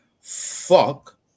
fuck